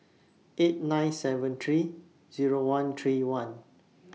eight nine seven three Zero one three one